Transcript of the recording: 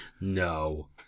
No